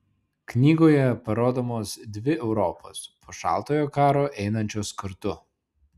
knygoje parodomos dvi europos po šaltojo karo einančios kartu